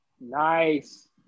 Nice